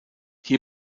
hier